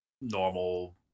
normal